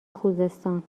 خوزستان